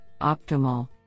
Optimal